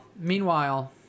Meanwhile